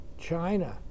China